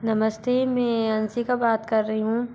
नमस्ते में आंशिक बात कर रही हूँ